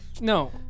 No